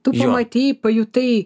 tu pamatei pajutai